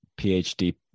PhD